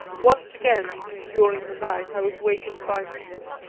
once again during the night i was wakened by mina.